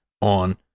on